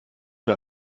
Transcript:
mir